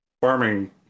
farming